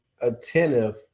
attentive